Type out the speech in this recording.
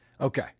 Okay